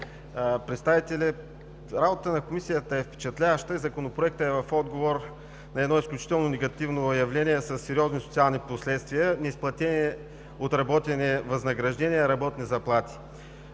представители! Работата на Комисията е впечатляваща и Законопроектът е в отговор на едно изключително негативно явление със сериозни социални последствия на неизплатени отработени възнаграждения, работни заплати.